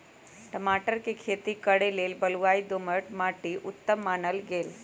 टमाटर कें खेती करे लेल बलुआइ दोमट माटि उत्तम मानल गेल